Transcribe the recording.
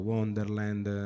Wonderland